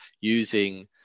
using